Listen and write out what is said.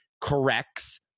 corrects